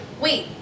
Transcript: wait